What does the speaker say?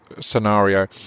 scenario